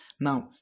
now